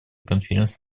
конференции